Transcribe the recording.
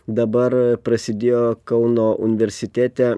dabar prasidėjo kauno universitete